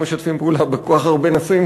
ואנחנו משתפים פעולה בכל כך הרבה נושאים,